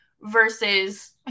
versus